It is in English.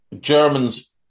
Germans